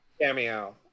cameo